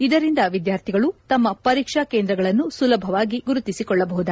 ಇದರಿಂದ ವಿದ್ವಾರ್ಥಿಗಳು ತಮ್ನ ಪರೀಕ್ಷಾ ಕೇಂದ್ರಗಳನ್ನು ಸುಲಭವಾಗಿ ಗುರುತಿಸಿಕೊಳ್ಳಬಹುದು